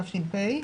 התש"ף-2020,